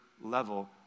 level